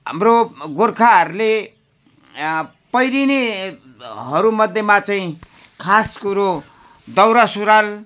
हाम्रो गोर्खाहरूले पहिरिनेहरूमध्येमा चाहिँ खास कुरो दौरासुरुवाल